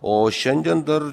o šiandien dar